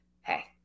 hey